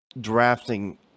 drafting